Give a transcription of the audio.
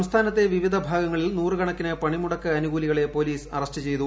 സംസ്ഥാനത്തെ വിവിധ ഭാഗങ്ങളിൽ നൂറ് കണക്കിന് പണിമുടക്ക് അനുകൂലികളെ പൊലീസ് അറസ്റ്റ് ചെയ്തു